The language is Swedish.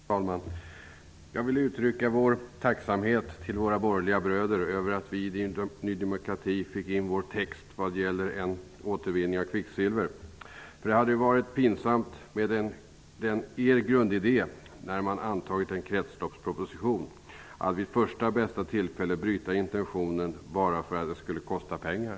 Herr talman! Jag vill uttrycka vår tacksamhet till våra borgerliga bröder över att vi i Ny demokrati fick in vår text om återvinning av kvicksilver. Det hade varit pinsamt med er grundidé, när man har antagit en kretsloppsproposition, att vid första bästa tillfälle bryta intentionen bara för att det skulle kosta pengar.